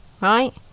right